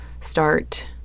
start